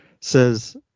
says